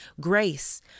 grace